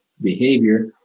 behavior